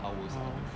oh